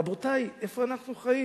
רבותי, איפה אנחנו חיים?